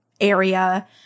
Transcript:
area